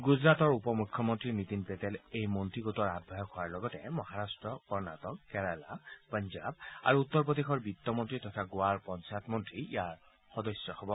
গুজৰাহটৰ উপ মুখ্যমন্ত্ৰী নীতিন পেটেল এই মন্ত্ৰী গোটৰ আহ্বায়ক হোৱাৰ লগতে মহাৰট্ট কৰ্ণাটক কেৰেলা পাঞ্জাৱ আৰু উত্তৰ প্ৰদেশৰ বিত্তমন্তীসকলৰ তথা গোৱাৰ পঞ্চায়ত মন্তী ইয়াৰ সদস্য হব